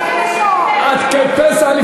הם כבר לא נכנסים.